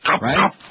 Right